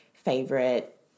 favorite